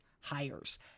hires